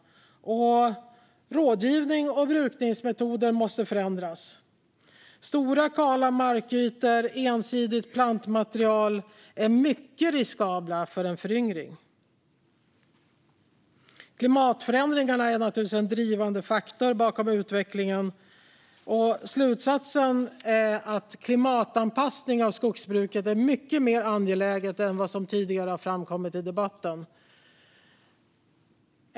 Rådgivning och brukningsmetoder måste förändras. Stora kala markytor och ensidigt plantmaterial är mycket riskabla för en föryngring. Klimatförändringarna är naturligtvis en drivande faktor bakom utvecklingen. Slutsatsen är att klimatanpassning av skogsbruket är mycket mer angeläget än vad som tidigare framkommit i debatten.